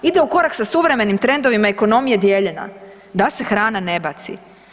Ide u korak sa suvremenim trendovima ekonomije dijeljenja da se hrana ne baci.